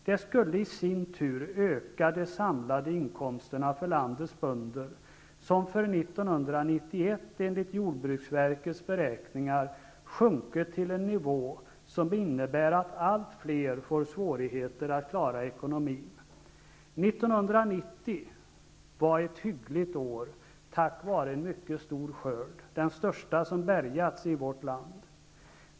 Det skulle i sin tur öka de samlade inkomsterna för landets bönder, som för 1991 enligt jordbruksverkets beräkningar har sjunkit till en nivå som innebär att allt fler får svårigheter att klara ekonomin. 1990 var ett hyggligt år tack vare en mycket stor skörd, den största som bärgats i vårt land.